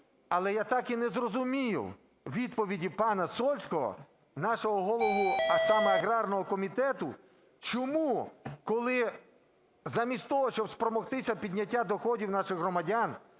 але я так і не зрозумів відповіді пана Сольського, нашого голови, а саме аграрного комітету, чому, коли замість того, щоб спромогтися підняття доходів наших громадян,